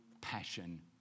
passion